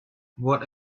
what